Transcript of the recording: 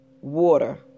water